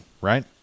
Right